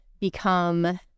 become